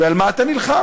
ועל מה אתה נלחם.